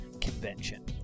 convention